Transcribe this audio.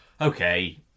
okay